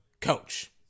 coach